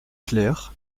clair